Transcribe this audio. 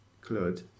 Claude